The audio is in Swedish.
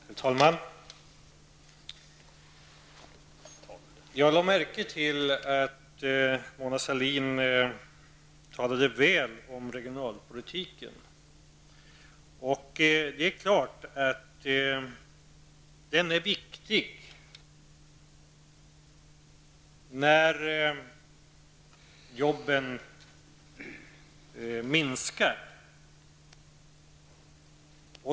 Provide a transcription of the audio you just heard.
Herr talman! Jag lade märke till att Mona Sahlin talade väl om regionalpolitiken. Den är viktig när antalet arbeten minskar.